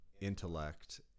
intellect